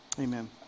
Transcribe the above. Amen